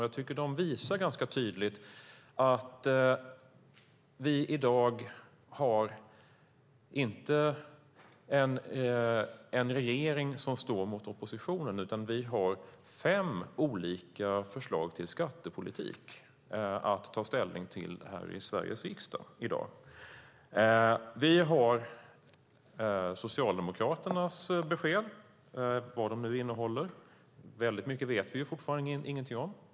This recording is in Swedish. Jag tycker att de visar ganska tydligt att vi i dag inte har en regering som står mot oppositionen, utan vi har fem olika förslag till skattepolitik att ta ställning till här i Sveriges riksdag i dag. Vi har Socialdemokraternas besked - vad det nu innehåller. Väldigt mycket vet vi fortfarande ingenting om.